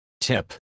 Tip